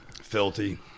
Filthy